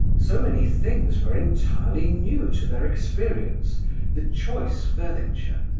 so many things were entirely new to their experience the choice furniture,